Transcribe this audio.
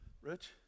Rich